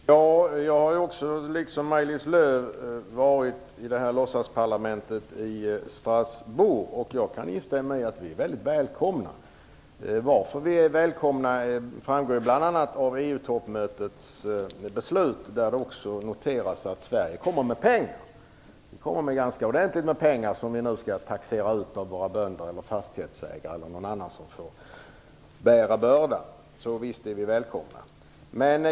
Fru talman! Jag har liksom Maj-Lis Lööw varit i det här låtsasparlamentet i Strasbourg, och jag kan instämma i att vi är väldigt välkomna. Varför vi är välkomna framgår bl.a. av EU-toppmötets beslut där det också noterades att Sverige kommer med pengar. Det är ganska ordentligt med pengar som vi nu skall taxera ut av våra bönder, fastighetsägare eller några andra som får bära bördan. Så visst är vi välkomna.